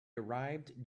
arrived